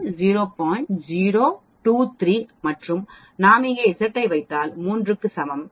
023 மற்றும் நாம் இங்கே Z ஐ வைத்தால் 3 க்கு சமம் இது எனக்கு 0